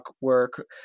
work